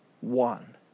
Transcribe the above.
one